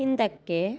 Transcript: ಹಿಂದಕ್ಕೆ